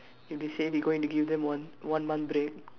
he'd been saying he going to give them one one month break